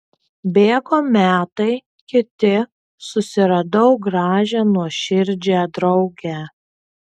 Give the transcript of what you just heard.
bėgo metai kiti susiradau gražią nuoširdžią draugę